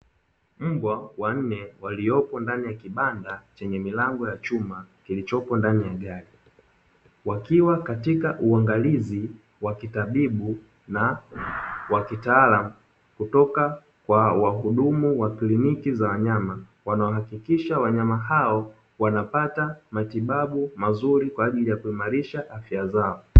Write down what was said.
Mbwa wanne waliopo ndani ya kibanda chenye milango ya chuma kilichopo ndani ya gari, wakiwa katika uangalizi wa kitabibu na wa kitaalamu kutoka kwa wahudumu wa kliniki za wanyama wanaohakikisha wanyama hao wanapata matibabu mazuri kwa ajili ya kuimarisha afya zao.